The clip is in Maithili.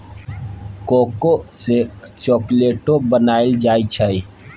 कोको सँ चाकलेटो बनाइल जाइ छै